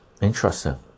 Interesting